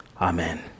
Amen